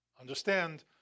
understand